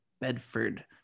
Bedford